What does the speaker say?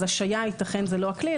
אז ייתכן שהשעיה היא לא הכלי,